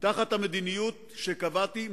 תחת המדיניות שקבעתי,